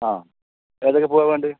ആ ഏതൊക്കെ പൂവാ വേണ്ടത്